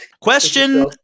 Question